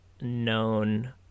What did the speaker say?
known